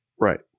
Right